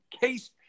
Case